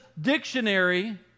dictionary